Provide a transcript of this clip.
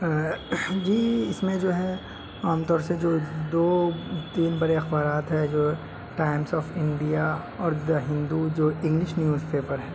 جی اس میں جو ہے عام طور سے جو دو تین بڑے اخبارات ہے جو ٹائمس آف انڈیا اور دا ہندو جو انگلش نیوز پیپر ہے